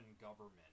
government